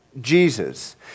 Jesus